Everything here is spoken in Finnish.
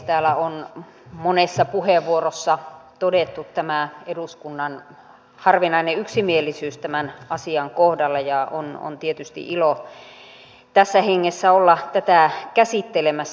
täällä on monessa puheenvuorossa todettu eduskunnan harvinainen yksimielisyys tämän asian kohdalla ja on tietysti ilo tässä hengessä olla tätä käsittelemässä